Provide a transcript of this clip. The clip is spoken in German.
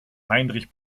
heinrich